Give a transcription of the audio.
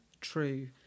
true